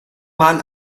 mal